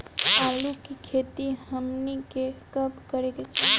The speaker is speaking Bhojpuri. आलू की खेती हमनी के कब करें के चाही?